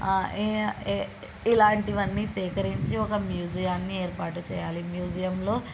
ఇలాంటివన్నీ సేకరించి ఒక మ్యూజియాన్ని ఏర్పాటు చేయాలి మ్యూజియంలో